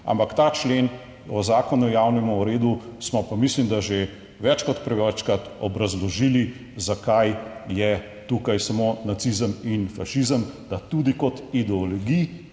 ampak ta člen o Zakonu o javnem redu smo pa, mislim, da že več kot prevečkrat obrazložili zakaj je tukaj samo nacizem in fašizem, da tudi kot ideologij